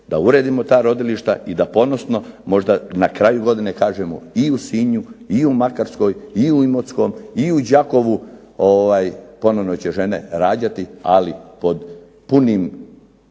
da uredimo ta rodilišta i da ponosno možda na kraju godine kažemo i u Sinju i u Makarskoj i u Đakovu ponovno će žene rađati ali pod punim